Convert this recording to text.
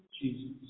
Jesus